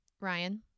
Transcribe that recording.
Ryan